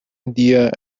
india